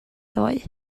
ddoe